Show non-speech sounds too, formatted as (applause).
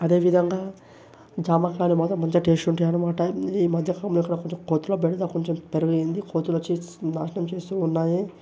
అదే విధంగా జామకాయలు మాత్రం మంచిగా టేస్ట్ ఉంటాయి అన్నమాట ఈ మధ్య (unintelligible) ఇక్కడ కొంచం కోతుల బెడద కొంచెం పెరిగింది కోతులు వచ్చి నాశనం చేస్తూ ఉన్నాయి